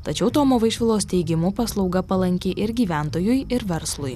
tačiau tomo vaišvilos teigimu paslauga palanki ir gyventojui ir verslui